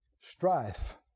strife